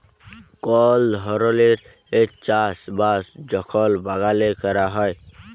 call ধরলের চাষ বাস যখল বাগালে ক্যরা হ্যয়